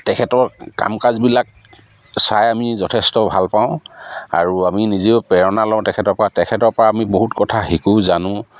তেখেতৰ কাম কাজবিলাক চাই আমি যথেষ্ট ভাল পাওঁ আৰু আমি নিজেও প্ৰেৰণা লওঁ তেখেতৰপৰা তেখেতৰপৰা আমি বহুত কথা শিকোঁ জানো